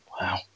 Wow